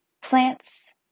plants